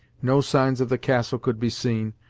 no signs of the castle could be seen,